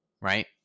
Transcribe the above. right